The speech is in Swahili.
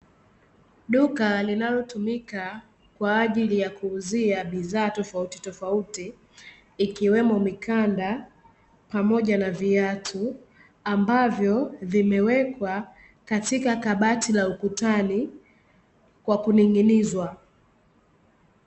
Duka linalo tumika kwaajili ya kuuzia bidhaa tofauti tofaut, Ikiwemo mikanda pamoja na viatu ambavyo vimewekwa katika kabati la ukutani kwa kuning'inizwa.